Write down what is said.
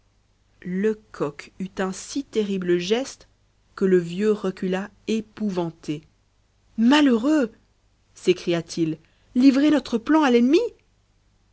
lecoq eut un si terrible geste que le vieux recula épouvanté malheureux s'écria-t-il livrer notre plan à l'ennemi